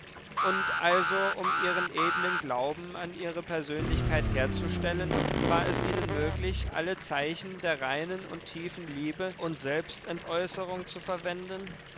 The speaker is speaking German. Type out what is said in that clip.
und also um ihren edlen glauben an ihre persönlichkeit herzustellen war es ihnen möglich alle zeichen der reinen und tiefen liebe und selbstentäußerung zu verwenden